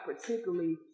particularly